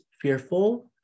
fearful